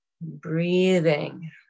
Breathing